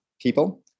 people